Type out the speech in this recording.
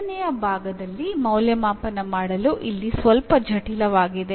ಎರಡನೆಯ ಭಾಗದಲ್ಲಿ ಮೌಲ್ಯಮಾಪನ ಮಾಡಲು ಇಲ್ಲಿ ಸ್ವಲ್ಪ ಜಟಿಲವಾಗಿದೆ